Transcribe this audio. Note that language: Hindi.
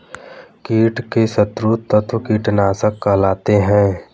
कीट के शत्रु तत्व कीटनाशक कहलाते हैं